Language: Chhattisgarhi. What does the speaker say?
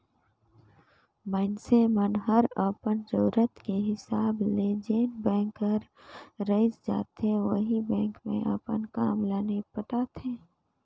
मइनसे मन हर अपन जरूरत के हिसाब ले जेन बेंक हर रइस जाथे ओही बेंक मे अपन काम ल निपटाथें